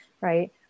right